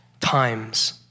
times